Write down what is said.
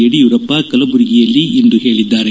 ಯಡಿಯೂರಪ್ಪ ಕಲಬುರಗಿಯಲ್ಲಿಂದು ಹೇಳಿದ್ದಾರೆ